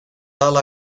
ala